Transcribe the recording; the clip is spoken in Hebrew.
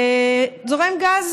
זורם גז,